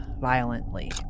violently